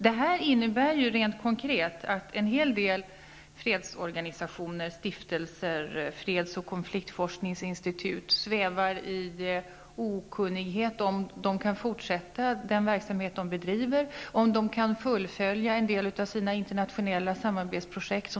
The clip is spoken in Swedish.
Rent konkret innebär detta att en hel del fredsorganisationer och stiftelser samt freds och konfliktforskningsinstitut svävar i okunnighet om huruvida de kan fortsätta den verksamhet som de bedriver och fullfölja en del av sina internationella samarbetsprojekt.